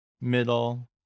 middle